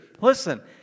Listen